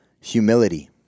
Humility